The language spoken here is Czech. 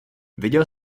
viděl